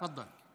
תפדל.